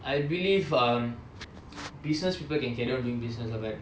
I believe um business people can carry on doing business lah but